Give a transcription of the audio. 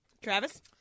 Travis